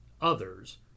others